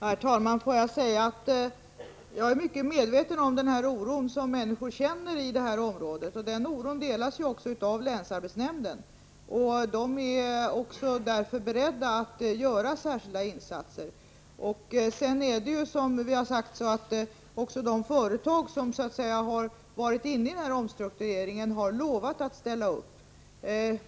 Herr talman! Låt mig säga att jag är mycket medveten om den oro som människor känner i det här området. Den oron delas av länsarbetsnämnden, som är beredd att göra särskilda insatser. Vidare har, som vi har sagt, de företag som varit inblandade i omstruktureringen lovat att ställa upp.